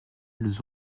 nous